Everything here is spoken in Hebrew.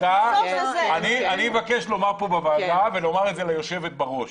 אני מבקש לומר בוועדה ולומר את זה ליושבת בראש,